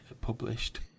published